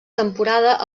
temporada